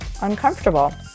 uncomfortable